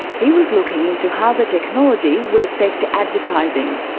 he was looking into how the technology would affect advertising.